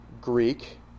Greek